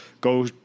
go